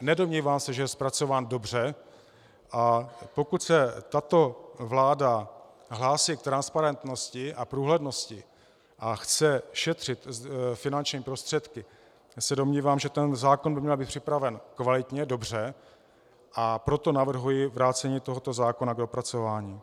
Nedomnívám se, že je zpracován dobře, a pokud se tato vláda hlásí k transparentnosti a průhlednosti a chce šetřit finanční prostředky, tak se domnívám, že zákon by měl být připraven kvalitně, dobře, a proto navrhuji vrácení tohoto zákona k dopracování.